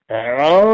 Hello